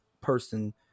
person